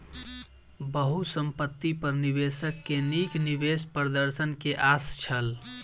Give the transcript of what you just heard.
बहुसंपत्ति पर निवेशक के नीक निवेश प्रदर्शन के आस छल